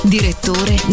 Direttore